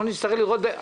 אנחנו נצטרך לראות.